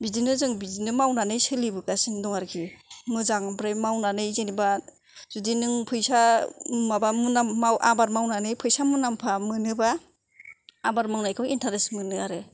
बिदिनो जों बिदिनो मावनानै सोलिबोगासिनो दं आरोखि मोजां ओमफ्राय मावनानै जेन'बा जुदि नों फैसा माबा आबाद मावनानै फैसा मुनाम्फा मोनोबा आबाद मावनायखौ इन्टारेस्ट मोनो आरो